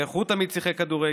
איך הוא תמיד שיחק כדורגל,